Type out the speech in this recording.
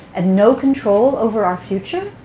and no control over our future?